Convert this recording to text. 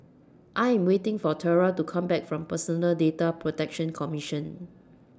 I Am waiting For Tyra to Come Back from Personal Data Protection Commission